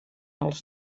els